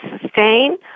sustain